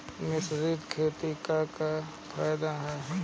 मिश्रित खेती क का फायदा ह?